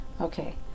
Okay